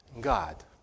God